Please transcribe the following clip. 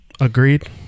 Agreed